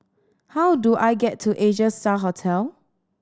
how do I get to Asia Star Hotel